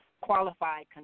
qualified